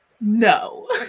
No